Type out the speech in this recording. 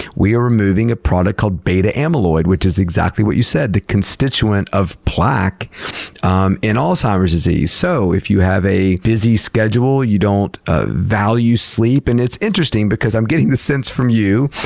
we are removing a product called beta amyloid, which is exactly what you said, the constituent of plaque um in alzheimer's disease. so, if you have a busy schedule, you don't ah value sleep, and it's interesting because i'm getting the sense from you,